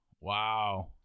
Wow